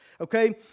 okay